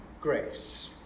grace